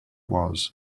was